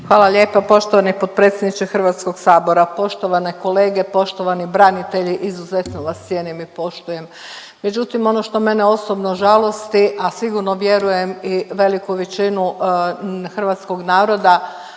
Hvala lijepa poštovani potpredsjedniče Hrvatskog sabora, poštovane kolege, poštovani branitelji. Izuzetno vas cijenim i poštujem međutim ono što mene osobno žalosti, a sigurno vjerujem i veliku većinu hrvatskog naroda